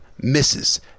misses